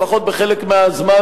לפחות בחלק מהזמן,